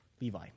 Levi